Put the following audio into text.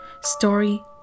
Story